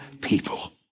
people